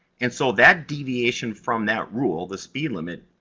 and so that deviation from that rule, the speed limit,